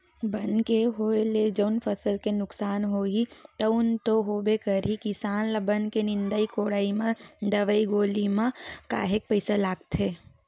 बन के होय ले जउन फसल के नुकसान होही तउन तो होबे करही किसान ल बन के निंदई कोड़ई म दवई गोली म काहेक पइसा लागथे